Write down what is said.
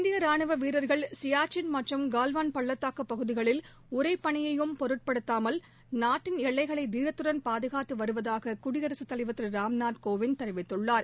இந்திய ராணுவ வீரர்கள் சியாச்சின் மற்றும் கல்வாள் பள்ளத்தாக்குப் பகுதிகளில் உறைப்பளியையும் பொருட்படுத்தாமல் நாட்டின் எல்லைகளை தீரத்துடன் பாதுகாத்து வருவதாக குடியரசுத்தலைவர் திரு ராம்நாத் கோவிந்த் தெரிவித்துள்ளார்